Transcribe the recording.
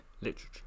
literature